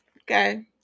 Okay